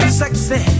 sexy